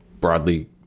broadly